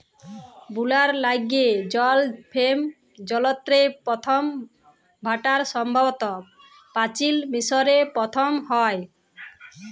বুলার ল্যাইগে জল ফেম যলত্রের পথম ব্যাভার সম্ভবত পাচিল মিশরে পথম হ্যয়